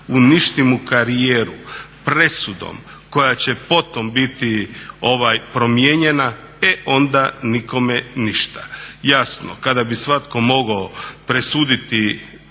uništi mu karijeru presudom koja će potom biti promijenjena e onda nikome ništa. Jasno, kada bi svatko mogao presuditi